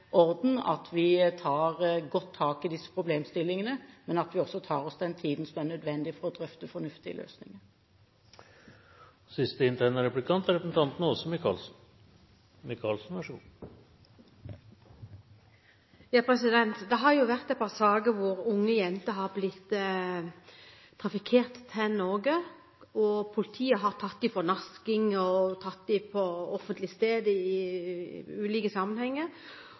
orden, at vi tar godt tak i disse problemstillingene, men at vi også tar oss den tiden som er nødvendig for å drøfte fornuftige løsninger. Det har vært et par saker hvor unge jenter har blitt trafikerte til Norge, og politiet har tatt dem for nasking og pågrepet dem på offentlige steder i ulike sammenhenger.